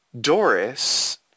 Doris